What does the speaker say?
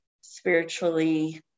spiritually